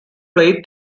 plate